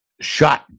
shot